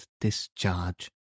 discharge